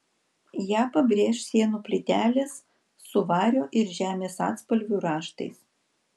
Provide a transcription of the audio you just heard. ją pabrėš sienų plytelės su vario ir žemės atspalvių raštais